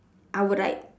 our right